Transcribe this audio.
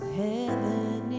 heaven